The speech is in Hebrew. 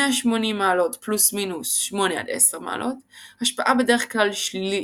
180° +/- 8-10° - השפעה בדרך כלל שלילית,